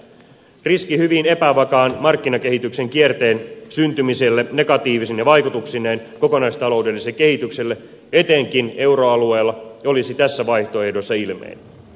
riski hyvin epävakaan markkinakehityksen kierteen syntymiselle negatiivisine vaikutuksineen kokonaistaloudelliselle kehitykselle etenkin euroalueella olisi tässä vaihtoehdossa ilmeinen